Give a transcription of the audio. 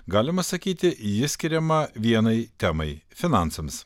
galima sakyti ji skiriama vienai temai finansams